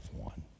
one